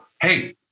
Hey